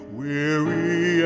weary